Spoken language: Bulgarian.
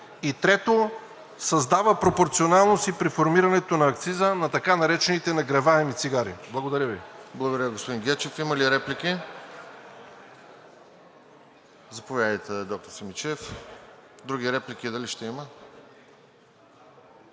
и трето, създава пропорционалност и при формирането на акциза на така наречените нагреваеми цигари. Благодаря Ви. ПРЕДСЕДАТЕЛ РОСЕН ЖЕЛЯЗКОВ: Благодаря, господин Гечев. Има ли реплики? Заповядайте, доктор Симидчиев. Други реплики дали ще има?